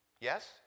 Yes